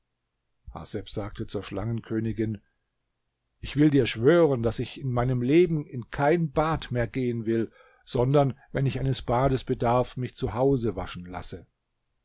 haseb sagte zur schlangenkönigin ich will dir schwören daß ich in meinem leben in kein bad mehr gehen will sondern wenn ich eines bades bedarf mich zu hause waschen lasse